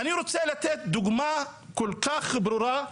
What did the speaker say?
אני רוצה לתת דוגמה כל כך ברורה,